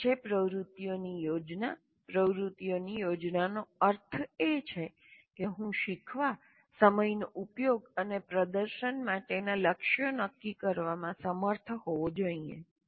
એક છે પ્રવૃત્તિઓની યોજના પ્રવૃત્તિની યોજનાનો અર્થ એ છે કે હું શીખવા સમયનો ઉપયોગ અને પ્રદર્શન માટેના લક્ષ્યો નક્કી કરવામાં સમર્થ હોવા જોઈએ